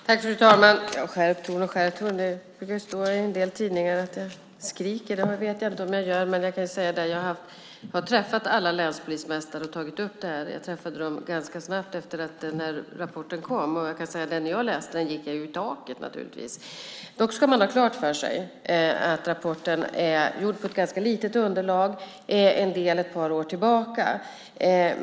Fru talman! Skärpt ton och skärpt ton - det har stått i en del tidningar att jag skriker. Det vet jag inte om jag gör, men jag kan säga att jag har träffat alla länspolismästare och tagit upp det här. Jag träffade dem ganska snabbt efter att den här rapporten kom. Jag kan säga att när jag läste den gick jag i taket, naturligtvis. Dock ska man ha klart för sig att rapporten är gjord på ett ganska litet underlag. En del uppgifter är från ett par år tillbaka.